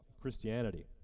Christianity